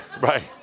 Right